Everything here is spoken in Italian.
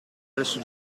verso